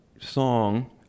song